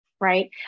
Right